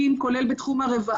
מדובר בהמון המון אנשים,